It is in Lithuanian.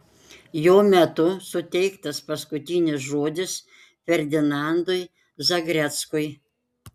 jo metu suteiktas paskutinis žodis ferdinandui zagreckui